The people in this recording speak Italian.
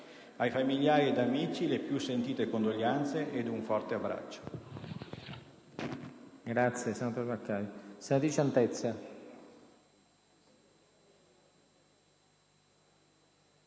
Ai familiari ed amici le più sentite condoglianze ed un forte abbraccio.